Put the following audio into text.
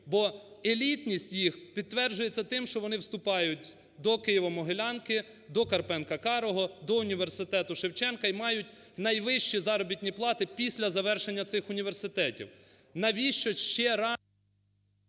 Бо елітність їх підтверджується тим, що вони вступають до Києво-Могилянки, до Карпенка-Карого, до університету Шевченка і мають найвищі заробітні плати після завершення цих університетів.